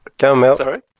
Sorry